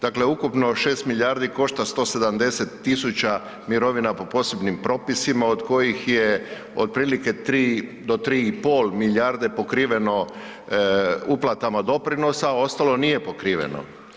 Dakle ukupno 6 milijardi košta 170 000 mirovina po posebnim propisima, od kojih je otprilike 3 do 3,5 milijarde pokriveno uplatama doprinosa, ostalo nije pokriveno.